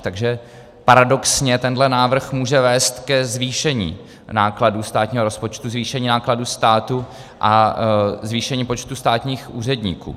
Takže paradoxně tenhle návrh může vést k zvýšení nákladů státního rozpočtu, zvýšení nákladů státu a zvýšení počtu státních úředníků.